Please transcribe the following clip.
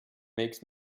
makes